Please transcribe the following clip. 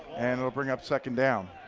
and it will bring up second down.